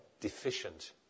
deficient